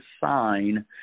sign